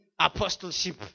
apostleship